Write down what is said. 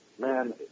man